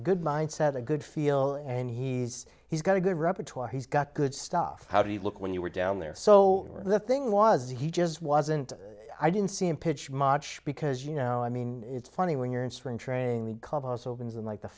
good mindset a good feel and he's he's got a good repertoire he's got good stuff how do you look when you were down there so the thing was he just wasn't i didn't see him pitch macho because you know i mean it's funny when you're in spring training the clubhouse opens in like the